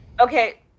okay